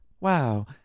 wow